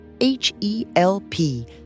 H-E-L-P